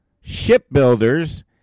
shipbuilders